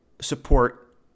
support